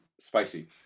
Spicy